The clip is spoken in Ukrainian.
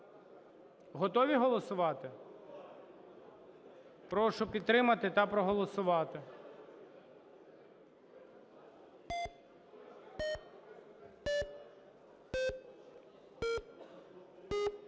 Готові голосувати? Прошу підтримати та проголосувати.